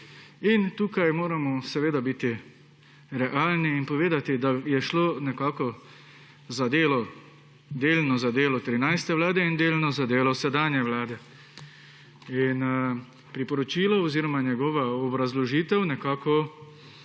Tukaj moramo seveda biti realni in povedati, da je šlo nekako delno za delo 13. vlade in delno za delo sedanje vlade. Priporočilo oziroma njegova obrazložitev nekako